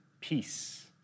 Peace